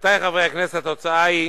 עמיתי חברי הכנסת, התוצאה היא